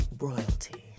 royalty